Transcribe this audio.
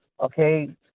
okay